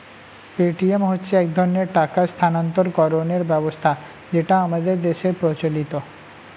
Paytm হচ্ছে এক ধরনের টাকা স্থানান্তরকরণের ব্যবস্থা যেটা আমাদের দেশের প্রচলিত